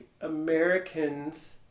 Americans